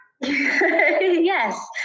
Yes